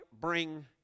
bring